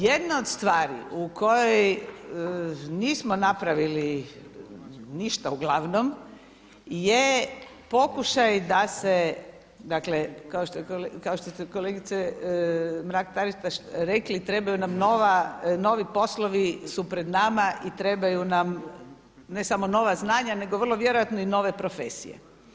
Jedna od stvari u kojoj nismo napravili ništa uglavnom je pokušaj da se dakle kao što ste kolegice Mrak-Taritaš rekli trebaju nam novi, novi poslovi su pred nama i trebaju nam ne samo nova znanja nego vrlo vjerojatno i nove profesije.